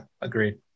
agreed